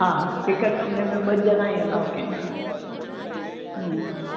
हा हिकु कमरे में ॿ ॼणा ई अलाउ कंदा आहियूं हम्म